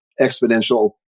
exponential